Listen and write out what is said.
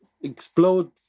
explode